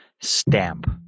stamp